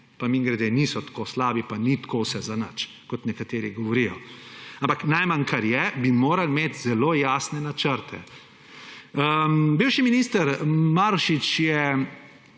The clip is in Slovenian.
pa mimogrede – niso tako slabi pa ni vse tako zanič, kot nekateri govorijo. Ampak najmanj, kar je, bi morali imeti zelo jasne načrte. Bivši minister Marušič, če